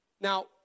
Now